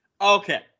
Okay